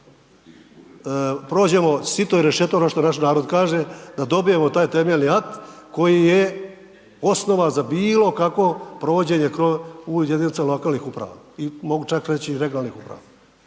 prođemo sito i rešeto ono što naš narod kaže da dobijemo taj temeljni akt koji je osnova za bilo kakvo provođenje u jedinicama lokalnih uprava i mogu čak reći regionalnih uprava.